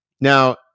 Now